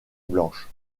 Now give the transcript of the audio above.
blanche